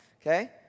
okay